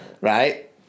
Right